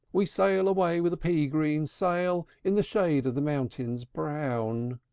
we sail away with a pea-green sail in the shade of the mountains brown.